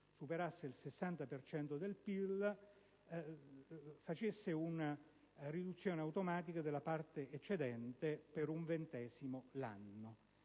superasse il 60 per cento del PIL operassero una riduzione automatica della parte eccedente per un ventesimo l'anno.